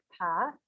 path